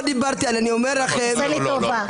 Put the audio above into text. תעשה לי טובה.